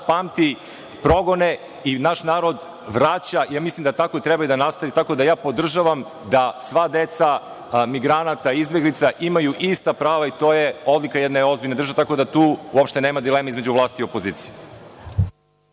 pamti progone i naš narod vraća, i ja mislim da tako treba i da nastavi. Podržavam da sva deca migranata i izbeglica imaju ista prava i to je odlika jedne ozbiljne države, tako da tu nema dilema između vlasti i opozicije.